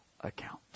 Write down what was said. account